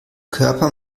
körper